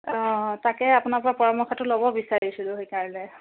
অঁ তাকে আপোনাৰ পৰা পৰামৰ্শটো ল'ব বিচাৰিছিলোঁ সেইকাৰণে